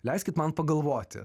leiskit man pagalvoti